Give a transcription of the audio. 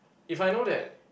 if I know that